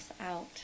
out